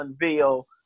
unveil